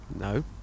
No